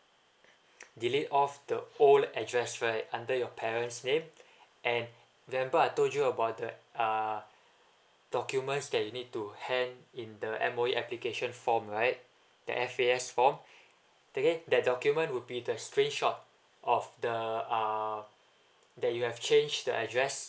delete off the old address right under your parents name and remember I told you about the ah documents that you need to hand in the M_O_E application form right the F_A_S form take the document would be the screenshot of the uh that you have changed the address